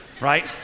Right